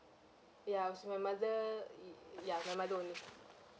ya I was with my mother y~ ya my mother only